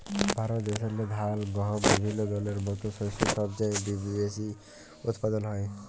ভারত দ্যাশেল্লে ধাল, গহম বিভিল্য দলের মত শস্য ছব চাঁয়ে বেশি উৎপাদল হ্যয়